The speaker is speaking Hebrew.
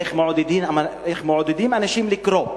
איך מעודדים אנשים לקרוא.